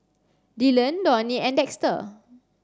Dylon Donie and Dexter